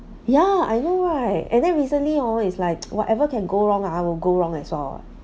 yeah I know right and then recently hor is like whatever can go wrong ah I will go wrong as well eh